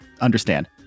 understand